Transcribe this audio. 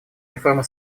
реформа